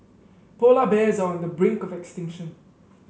polar bears are on the brink of extinction